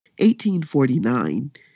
1849